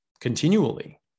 continually